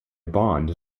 bond